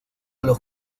los